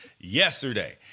yesterday